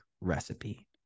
recipe